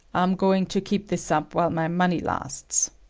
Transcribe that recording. i'm going to keep this up while my money lasts.